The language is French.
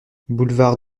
boulevard